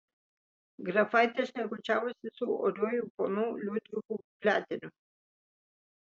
grafaitė šnekučiavosi su oriuoju ponu liudviku pliateriu